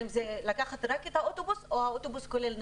אם לקחת רק את האוטובוס או את האוטובוס כולל נהג.